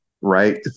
right